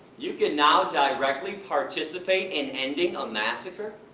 you can now directly participate in ending a massacre?